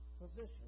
position